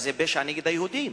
אז זה פשע נגד היהודים.